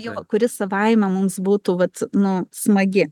jo kuri savaime mums būtų vat nu smagi